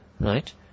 right